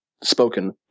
spoken